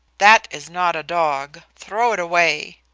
that is not a dog throw it away!